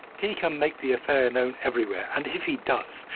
he can make the affair known everywhere and if he does,